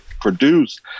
produced